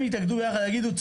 יתאגדו ביחד ויגידו,